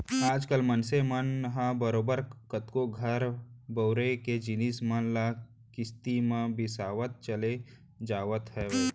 आज कल मनसे मन ह बरोबर कतको घर बउरे के जिनिस मन ल किस्ती म बिसावत चले जावत हवय